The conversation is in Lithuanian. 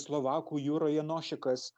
slovakų jūroje nošikas